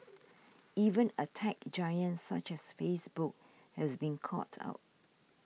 even a tech giant such as Facebook has been caught out